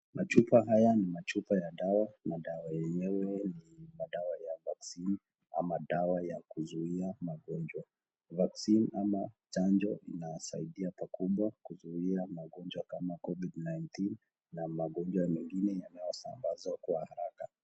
Machupa haya ni machupa ya dawa na dawa yenyewe ni madawa ya vaccine ama dawa ya kuzuia magonjwa. Vaccine ama chanjo inasaidia pakubwa kuzuia magonjwa kama covid-19 na magonjwa mengine yanayosambazwa kwa haraka.